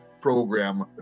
program